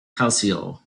calcio